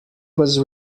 was